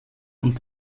und